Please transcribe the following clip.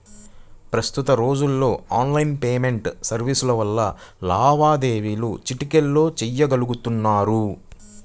ప్రస్తుత రోజుల్లో online payment సర్వీసుల వల్ల లావాదేవీలు చిటికెలో చెయ్యగలుతున్నారు